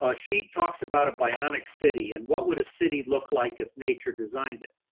ah she talks about a bionic city and what would a city look like if nature designed it?